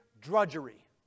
drudgery